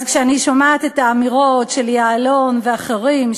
אז כשאני שומעת את האמירות של יעלון ואחרים,